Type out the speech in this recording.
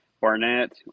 Barnett